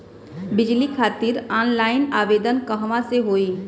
बिजली खातिर ऑनलाइन आवेदन कहवा से होयी?